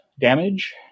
damage